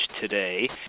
today